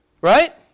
Right